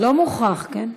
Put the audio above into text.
לא מוכרח, כן?